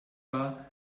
war